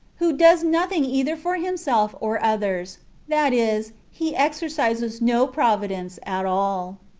who does nothing either for himself or others that is, he exercises no provi dence at all.